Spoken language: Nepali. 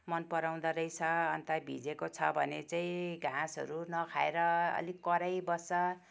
मन पराउँदो रहेछ अन्त भिजेको छ भने चाहिँ घाँसहरू नखाएर अलिक कराइबस्छ